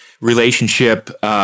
relationship